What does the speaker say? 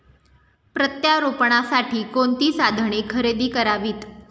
प्रत्यारोपणासाठी कोणती साधने खरेदी करावीत?